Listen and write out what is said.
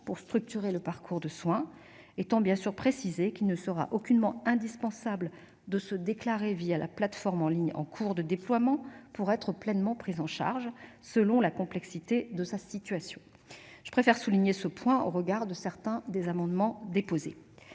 Je préfère souligner ce point au regard de certains des amendements déposés.